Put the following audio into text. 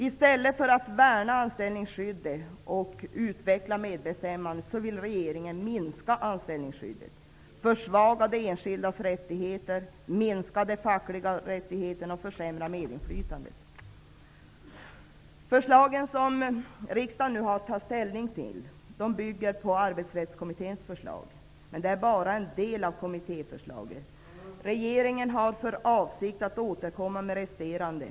I stället för att värna anställningsskyddet och utveckla medbestämmandet vill regeringen minska anställningsskyddet, försvaga den enskildes rättigheter, minska de fackliga rättigheterna och försämra medinflytandet. Det förslag som riksdagen nu har att ta ställning till bygger på Arbetsrättskommitténs förslag, men det är bara en del av kommittéförslaget. Regeringen har för vsikt att återkomma med det resterande.